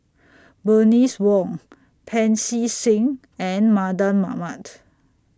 Bernice Wong Pancy Seng and Mardan Mamat